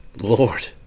Lord